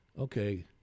okay